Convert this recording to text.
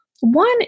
one